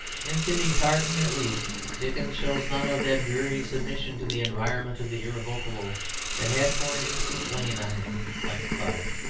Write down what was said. in sydney carton at least, dickens shows none of that dreary submission to the environment of the irrevocable that had for an instant lain on him like a cloud.